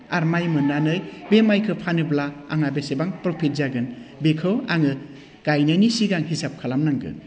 आरो माइ मोननानै बे माइखौ फानोब्ला आंहा बेसेबां प्रफिट जागोन बेखौ आङो गायनायनि सिगां हिसाब खालामनांगोन